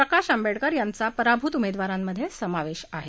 प्रकाश आंबेडकर यांचा पराभूत उमेदवारांमध्ये समावेश आहे